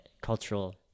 cultural